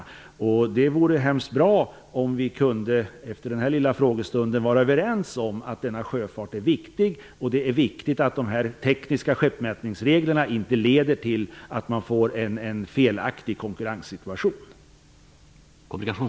Det vore mycket bra om vi efter denna fråge stund kunde vara överens om att denna sjöfart är viktig och om att de tekniska skeppsmätningsreg lerna inte får leda till en felaktig konkurrenssitua tion.